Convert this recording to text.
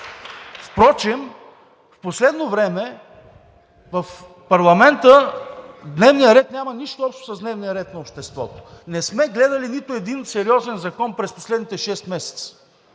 Впрочем в последно време в парламента дневният ред няма нищо общо с дневния ред на обществото. Не сме гледали нито един сериозен закон през последните шест месеца.